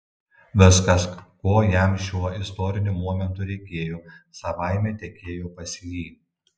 viskas ko jam šiuo istoriniu momentu reikėjo savaime tekėjo pas jį